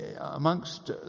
Amongst